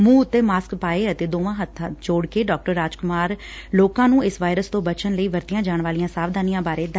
ਮੁੰਹ ਉਤੇ ਮਾਸਕ ਪਾ ਕੇ ਅਤੇ ਦੋਵੇਂ ਹੱਥ ਜੋੜ ਕੇ ਡਾਕਟਰ ਰਾਜ ਕੁਮਾਰ ਲੋਕਾਂ ਨੂੰ ਇਸ ਵਾਇਰਸ ਤੋਂ ਬਚਣ ਲਈ ਵਰਤੀਆਂ ਜਾਣ ਵਾਲੀਆਂ ਸਾਵਧਾਨੀਆਂ ਬਾਰੇ ਦੱਸ ਰਹੇ ਨੇ